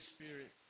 Spirit